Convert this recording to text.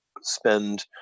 spend